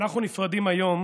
אנחנו נפרדים היום